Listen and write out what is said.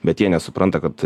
bet jie nesupranta kad